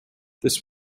this